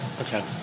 Okay